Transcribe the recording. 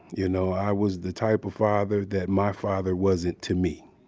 you know i was the type of father that my father wasn't to me,